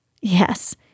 Yes